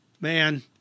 man